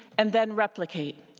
and then replicate.